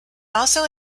also